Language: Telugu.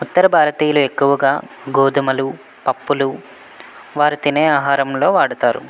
ఉత్తర భారతీయులు ఎక్కువగా గోధుమలు పప్పులు వారు తినే ఆహారంలో వాడుతారు